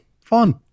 fun